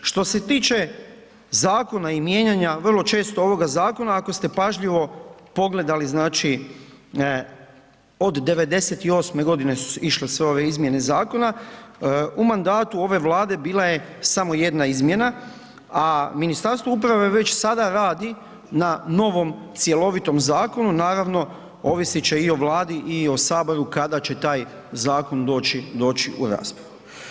Što se tiče zakona i mijenjanja vrlo često ovoga zakona ako ste pažljivo pogledali od '98. g. su išle sve ove izmjene zakona, u mandatu ove Vlade bila je samo jedna izmjena a Ministarstvo uprave već sada radi na novom cjelovitom zakonu, naravno ovisit će i o Vladi i o Saboru kada će taj zakon doći u raspravu.